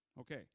Okay